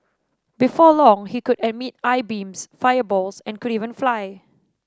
before long he could emit eye beams fireballs and could even fly